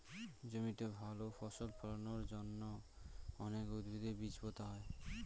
জমিতে ভালো ফসল ফলানোর জন্য অনেক উদ্ভিদের বীজ পোতা হয়